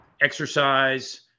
Exercise